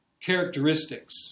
characteristics